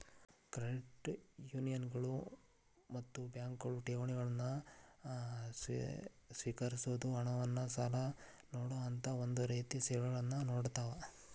credit ಯೂನಿಯನ್ಗಳು ಮತ್ತ ಬ್ಯಾಂಕ್ಗಳು ಠೇವಣಿಗಳನ್ನ ಸ್ವೇಕರಿಸೊದ್, ಹಣವನ್ನ್ ಸಾಲ ನೇಡೊಅಂತಾ ಒಂದ ರೇತಿ ಸೇವೆಗಳನ್ನ ನೇಡತಾವ